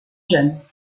jeune